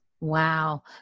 Wow